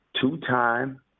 Two-time